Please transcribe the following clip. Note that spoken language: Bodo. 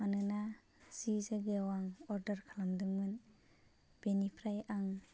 मानोना जि जायगायाव आं अरदार खालामदोंमोन बेनिफ्राय आं